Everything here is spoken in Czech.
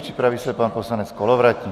Připraví se pan poslanec Kolovratník.